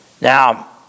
Now